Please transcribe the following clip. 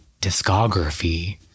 discography